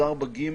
אז סעיף 4(ג),